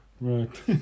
Right